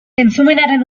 entzumenaren